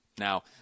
Now